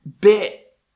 bit